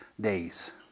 days